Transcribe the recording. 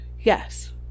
Yes